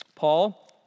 Paul